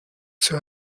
zur